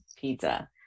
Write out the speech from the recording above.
pizza